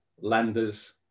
lenders